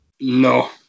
No